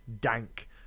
dank